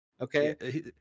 Okay